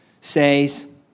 says